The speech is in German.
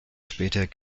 später